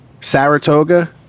saratoga